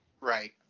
Right